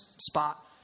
spot